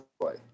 play